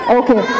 okay